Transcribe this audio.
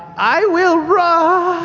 i will run